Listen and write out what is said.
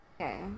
okay